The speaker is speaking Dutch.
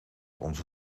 onze